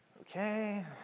Okay